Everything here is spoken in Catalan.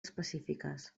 específiques